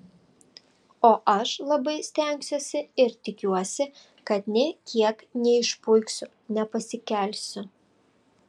o aš labai stengsiuosi ir tikiuosi kad nė kiek neišpuiksiu nepasikelsiu